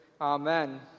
amen